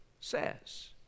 says